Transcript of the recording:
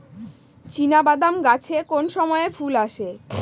চিনাবাদাম গাছে কোন সময়ে ফুল আসে?